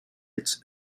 its